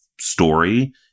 story